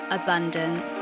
abundant